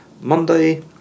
Monday